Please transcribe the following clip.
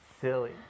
Silly